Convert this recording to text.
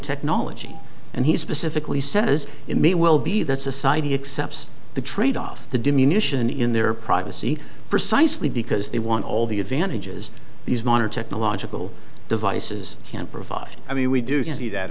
technology and he specifically says it may well be that society accepts the trade off to diminish an in their privacy precisely because they want all the advantages these modern technological devices can provide i mean we do see that